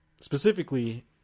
specifically